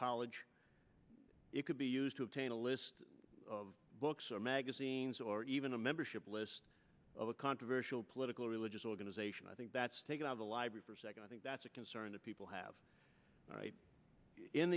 college it could be used to obtain a list of books or magazines or even a membership list of a controversial political or religious organization i think that's taken out of the library for a second i think that's a concern that people have right in